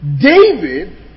David